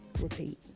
Repeat